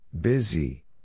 Busy